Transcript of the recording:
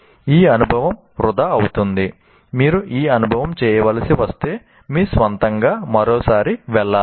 ఆ అనుభవం వృధా అవుతుంది మీరు ఆ అనుభవం చేయవలసి వస్తే మీ స్వంతంగా మరోసారి వెళ్ళాలి